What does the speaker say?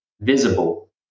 visible